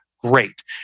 Great